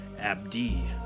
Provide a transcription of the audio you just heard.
Abdi